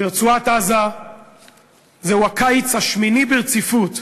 ברצועת-עזה זהו הקיץ השמיני ברציפות,